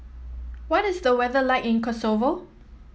what is the weather like in Kosovo